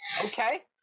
Okay